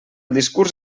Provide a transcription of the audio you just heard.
discurs